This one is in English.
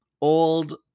old